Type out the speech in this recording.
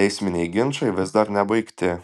teisminiai ginčai vis dar nebaigti